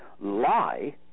lie